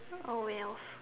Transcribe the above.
oh wells